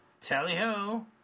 tally-ho